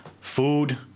Food